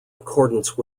accordance